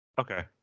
Okay